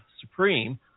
supreme